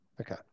Okay